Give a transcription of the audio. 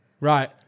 Right